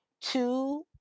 two